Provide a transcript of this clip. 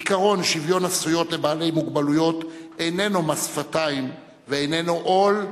עקרון שוויון הזכויות לבעלי מוגבלויות איננו מס שפתיים ואיננו עול,